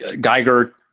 geiger